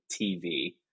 TV